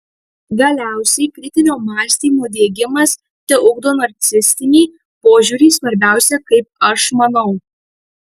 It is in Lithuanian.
galiausiai kritinio mąstymo diegimas teugdo narcisistinį požiūrį svarbiausia kaip aš manau